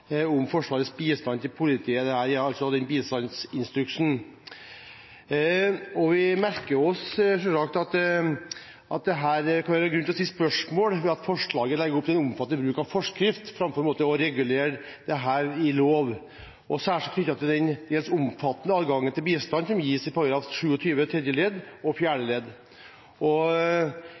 om Forsvarets bistand til politiet, altså bistandsinstruksen. Vi merker oss selvsagt at det kan være grunn til å stille spørsmål om dette, ved at forslaget legger opp til en omfattende bruk av forskrift framfor å regulere dette i lov – særskilt knyttet til den til dels omfattende adgangen til bistand som gis i § 27 tredje og fjerde